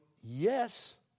Yes